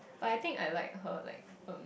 but I think I like her like um